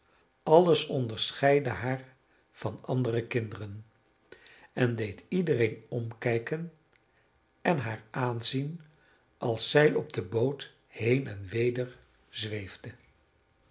oogen alles onderscheidde haar van andere kinderen en deed iedereen omkijken en haar aanzien als zij op de boot heen en weder zweefde